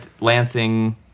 Lansing